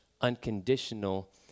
unconditional